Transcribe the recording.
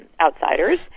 outsiders